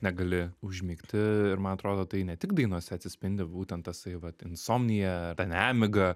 negali užmigti ir man atrodo tai ne tik dainose atsispindi būtent tasai vat insomnija ta nemiga